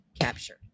captured